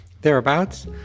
thereabouts